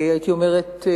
הייתי אומרת,